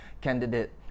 candidate